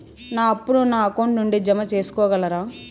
నా అప్పును నా అకౌంట్ నుండి జామ సేసుకోగలరా?